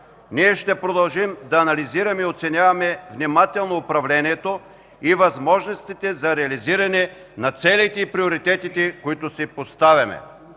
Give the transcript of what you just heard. Ние ще продължим да анализираме и оценяваме внимателно управлението и възможностите за реализиране на целите и приоритетите, които си поставяме.